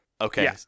Okay